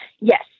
Yes